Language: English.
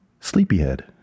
Sleepyhead